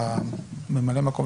ממלא המקום,